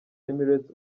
emirates